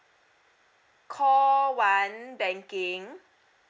call one banking